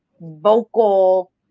vocal